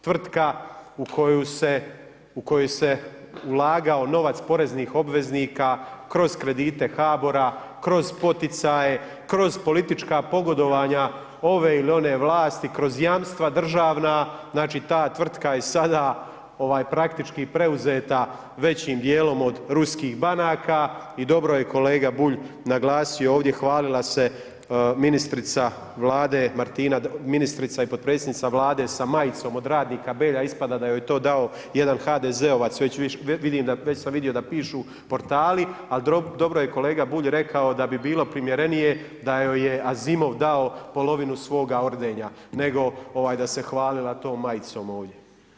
Tvrtka u koju se ulagao novac poreznih obveznika kroz kredite HBOR-a, kroz poticaje, kroz politička pogodovanja ove ili one vlasti, kroz jamstva državna, znači da tvrtka je sada praktički preuzeta većim dijelom od ruskih banaka i dobro je kolega Bulj naglasio ovdje, hvalila se ministrica i potpredsjednica Vlade sa majicom od radnika Belja, ispada da joj je to dao jedan HDZ-ovac, već sam vidio da pišu portali, ali dobro je kolega Bulj rekao da bi bilo primjerenije da joj je Azimov dao polovinu svoga ordenja nego da se hvalila tom majicom ovdje.